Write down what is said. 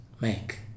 make